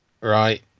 Right